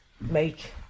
make